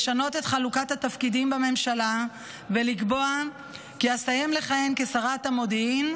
לשנות את חלוקת התפקידים בממשלה ולקבוע כי אסיים לכהן כשרת המודיעין,